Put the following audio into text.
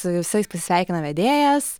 su visais pasisveikina vedėjas